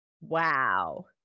Wow